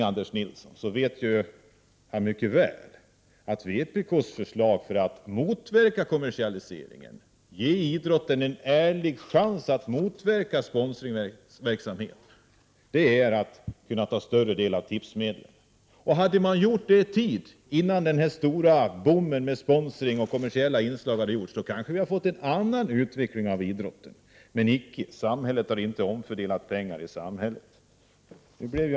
Anders Nilsson vet mycket väl att vpk:s förslag för att motverka sponsringen och ge idrotten en ärlig chans härvidlag i förlängningen innebär att idrotten skall få en större andel av tipsmedlen. Hade man gjort så i tid, innan den stora boomen med sponsring och kommersiella inslag satte in, hade vi kanske fått en annan utveckling inom idrotten. Men icke — samhället har inte omfördelat pengar på detta sätt.